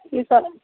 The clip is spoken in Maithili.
किसब